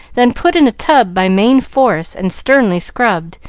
then put in a tub by main force and sternly scrubbed,